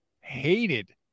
hated